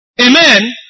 Amen